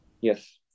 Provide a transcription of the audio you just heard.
Yes